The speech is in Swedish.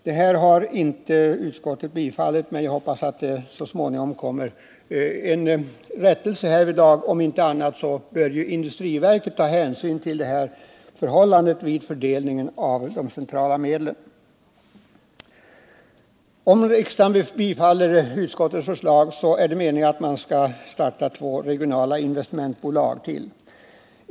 Utskottet har inte tillstyrkt motionen, men jag hoppas att det så småningom kommer en rättelse till stånd av de påtalade förhållandena. Om inte annat bör industriverket ta hänsyn till dessa vid fördelningen av de centrala medlen. Om riksdagen bifaller utskottets förslag är det meningen att man skall starta ytterligare två regionala investmentbolag.